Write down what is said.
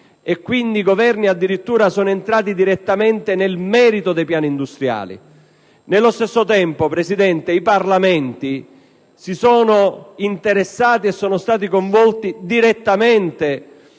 incentivi. I Governi addirittura sono entrati direttamente nel merito dei piani industriali. Nello stesso tempo, signor Presidente, i Parlamenti si sono interessati e sono stati coinvolti direttamente